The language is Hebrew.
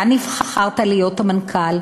אתה נבחרת להיות המנכ"ל,